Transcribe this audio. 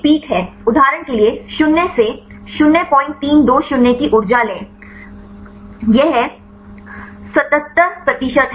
उदाहरण के लिए शून्य से 0320 की ऊर्जा लें यह 77 प्रतिशत है